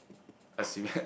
assuming